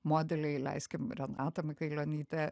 modeliai leiskim renatą mikailionytę